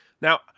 Now